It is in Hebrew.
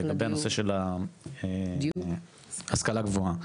לגבי נושא ההשכלה הגבוהה,